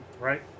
right